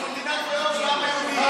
זאת מדינת לאום לעם היהודי.